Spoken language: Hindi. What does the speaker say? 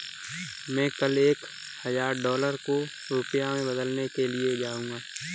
मैं कल एक हजार डॉलर को रुपया में बदलने के लिए जाऊंगा